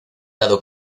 dado